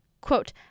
Quote